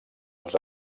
els